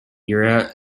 era